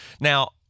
Now